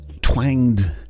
twanged